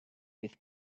with